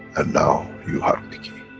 and now, you have the key.